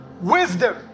Wisdom